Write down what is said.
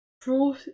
Pro